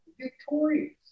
victorious